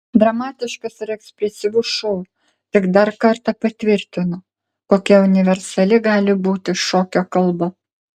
dramatiškas ir ekspresyvus šou tik dar kartą patvirtino kokia universali gali būti šokio kalba